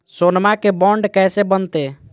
सोनमा के बॉन्ड कैसे बनते?